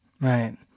Right